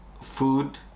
food